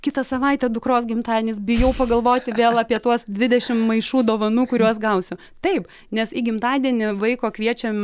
kitą savaitę dukros gimtadienis bijau pagalvoti vėl apie tuos dvidešim maišų dovanų kuriuos gausiu taip nes į gimtadienį vaiko kviečiam